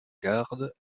garde